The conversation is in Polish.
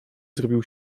zrobił